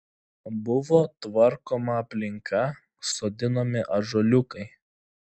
buvo tvarkoma aplinka sodinami ąžuoliukai